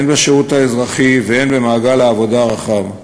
הן בשירות האזרחי והן במעגל העבודה הרחב.